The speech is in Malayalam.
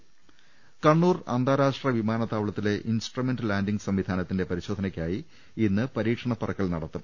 രദ്ദേഷ്ടങ കണ്ണൂർ അന്താരാഷ്ട്ര വിമാനത്താവളത്തിലെ ഇൻസ്ട്രുമെന്റ് ലാന്റിംഗ് സംവിധാനത്തിന്റെ പരിശോധനക്കായി ഇന്ന് പുരീക്ഷണ പറക്കൽ നടത്തും